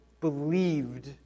believed